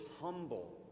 humble